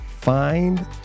find